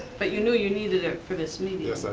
but you knew you needed it for this meeting.